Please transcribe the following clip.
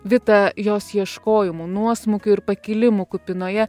vita jos ieškojimų nuosmukių ir pakilimų kupinoje